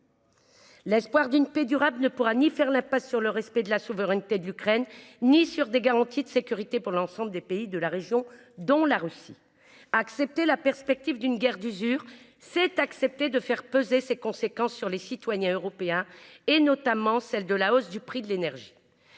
parvenir à une paix durable, on ne pourra faire l’impasse ni sur le respect de la souveraineté de l’Ukraine ni sur des garanties de sécurité pour l’ensemble des pays de la région, dont la Russie. Accepter la perspective d’une guerre d’usure, c’est accepter de faire peser ses conséquences sur les citoyens européens, notamment la hausse du prix de l’énergie